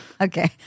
Okay